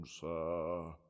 sir